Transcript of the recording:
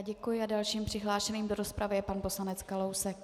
Děkuji a dalším přihlášeným do rozpravy je pan poslanec Kalousek.